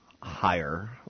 higher